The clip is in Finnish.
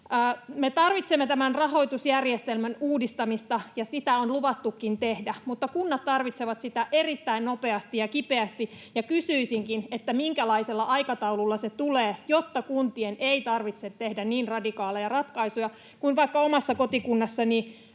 Me tarvitsemme tämän rahoitusjärjestelmän uudistamista, ja sitä on luvattukin tehdä, mutta kunnat tarvitsevat sitä erittäin nopeasti ja kipeästi. Kysyisinkin: minkälaisella aikataululla se tulee, jotta kuntien ei tarvitse tehdä niin radikaaleja ratkaisuja kuin vaikka omassa kotikunnassani